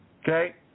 Okay